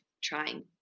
trying